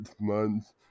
months